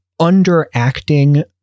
underacting